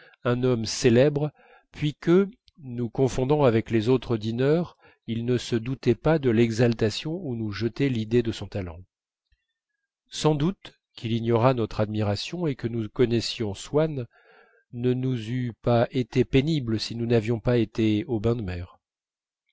un homme célèbre puis que nous confondant avec les autres dîneurs il ne se doutait pas de l'exaltation où nous jetait l'idée de son talent sans doute qu'il ignorât notre admiration et que nous connussions swann ne nous eût pas été pénible si nous n'avions pas été aux bains de mer